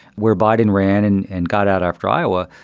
where biden ran and and got out after iowa,